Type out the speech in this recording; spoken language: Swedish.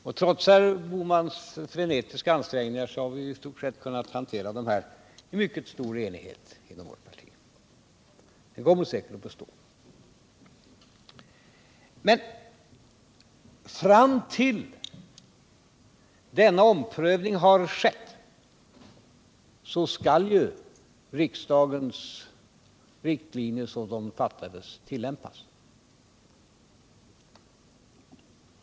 Och trots herr Bohmans frenetiska ansträngningar har vi i stort sett kunnat hantera dessa frågor i mycket stor enighet inom vårt parti. Den enigheten kommer säkert att bestå. Och fram till dess att denna omprövning har skett skall ju riksdagens riktlinjer, så som de har fastställts, tillämpas.